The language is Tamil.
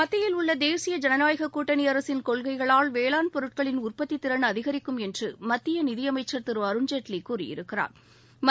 மத்தியில் உள்ள தேசிய ஜனநாயக கூட்டணி அரசின் கொள்கைகளால் வேளாண் பொருட்களின் உற்பத்தித் திறன் அதிகரிக்கும் என்று மத்திய நிதியமைச்சா் திரு அருண் ஜேட்லி கூறியிருக்கிறாா்